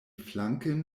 flanken